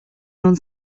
non